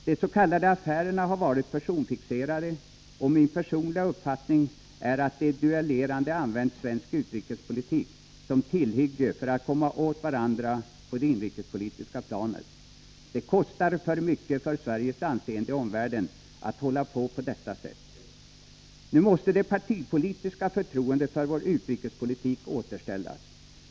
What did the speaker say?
De s.k. affärerna har varit personfixerade, och min personliga uppfattning är att de duellerande använt svensk utrikespolitik som tillhygge för att komma åt varandra på det inrikespolitiska planet. Det kostar för mycket för Sveriges anseende i omvärlden att hålla på på detta sätt. Nu måste det partipolitiska förtroendet för vår utrikespolitik återställas.